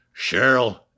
Cheryl